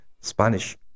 Spanish